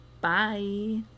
bye